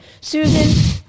Susan